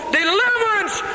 deliverance